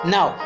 Now